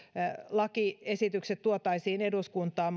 lakiesitykset tuotaisiin eduskuntaan